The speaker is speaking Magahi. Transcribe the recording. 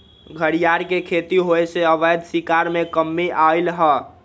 घरियार के खेती होयसे अवैध शिकार में कम्मि अलइ ह